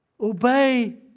Obey